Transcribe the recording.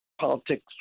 politics